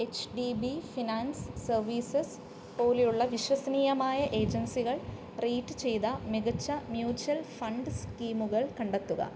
H D B finance services പോലെയുള്ള വിശ്വസനീയമായ ഏജൻസികൾ റേറ്റ് ചെയ്ത മികച്ച മ്യൂച്വൽ ഫണ്ട് സ്കീമുകൾ കണ്ടെത്തുക